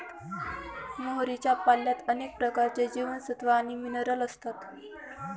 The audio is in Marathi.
मोहरीच्या पाल्यात अनेक प्रकारचे जीवनसत्व आणि मिनरल असतात